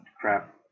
crap